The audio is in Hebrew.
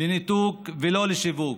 לניתוק ולא לשיווק,